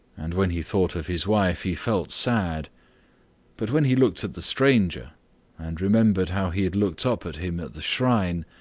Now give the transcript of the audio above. and when he thought of his wife he felt sad but when he looked at the stranger and remembered how he had looked up at him at the shrine,